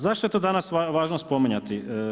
Zašto je to danas važno spominjati?